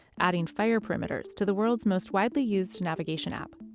adding fire perimeters to the world's most widely used navigation app.